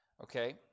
Okay